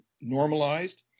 normalized